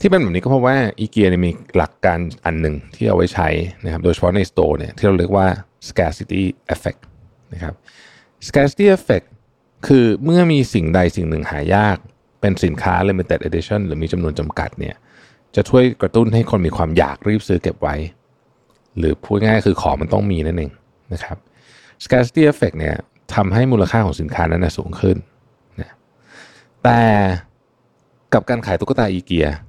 ที่เป็นแบบนี้ก็เพราะว่า IKEA เนี่ยมีหลักการอันหนึ่งที่เอาไว้ใช้นะครับ โดยเฉพาะใน store เนี่ยที่เราเรียกว่า scarcity effect นะครับ scarcity effect คือเมื่อมีสิ่งใดสิ่งหนึ่งหายาก เป็นสินค้า limited edition หรือมีจำนวนจำกัดเนี่ย จะช่วยกระตุ้นให้คนมีความอยากรีบซื้อเก็บไว้ หรือพูดง่ายๆ คือของมันต้องมีนั่นเองนะครับ scarcity effect เนี่ยทำให้มูลค่าของสินค้านั้นน่ะสูงขึ้นนะ แต่กับการขายตุ๊กตา IKEA